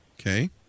Okay